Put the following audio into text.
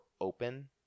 open